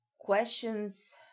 questions